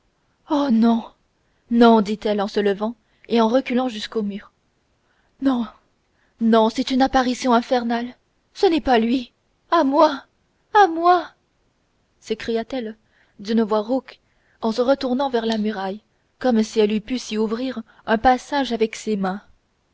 oh non non dit-elle en se levant et en reculant jusqu'au mur non non c'est une apparition infernale ce n'est pas lui à moi à moi s'écria-t-elle d'une voix rauque en se retournant vers la muraille comme si elle eût pu s'y ouvrir un passage avec ses mains